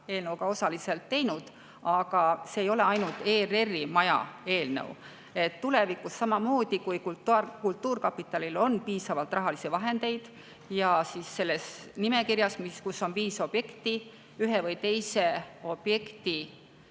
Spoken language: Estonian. eelnõu teinud. Samas see ei ole ainult ERR‑i maja eelnõu. Tulevikus on samamoodi, kui kultuurkapitalil on piisavalt rahalisi vahendeid ja selles nimekirjas, kus on viis objekti, ühe või teise objekti